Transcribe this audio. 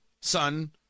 son